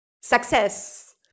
success